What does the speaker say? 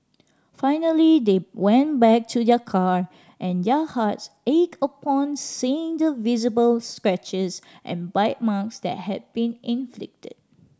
finally they went back to their car and their hearts ached upon seeing the visible scratches and bite marks that had been inflicted